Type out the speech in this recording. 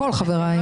כל חבריי,